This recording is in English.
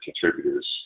contributors